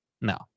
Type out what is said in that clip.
No